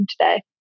today